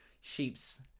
sheep's